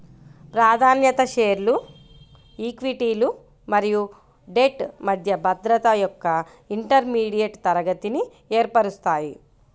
ప్రాధాన్యత షేర్లు ఈక్విటీలు మరియు డెట్ మధ్య భద్రత యొక్క ఇంటర్మీడియట్ తరగతిని ఏర్పరుస్తాయి